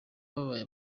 babaye